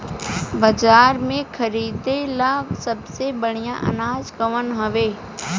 बाजार में खरदे ला सबसे बढ़ियां अनाज कवन हवे?